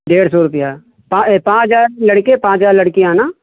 डेढ़ सौ रुपये पाँ पाँच हजार लड़के पाँच हजार लड़कियाँ ना